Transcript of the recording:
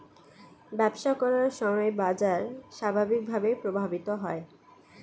ব্যবসা করার সময় বাজার স্বাভাবিকভাবেই প্রভাবিত হয়